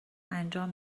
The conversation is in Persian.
انجام